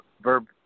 verb